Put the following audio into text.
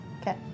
Okay